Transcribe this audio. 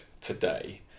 today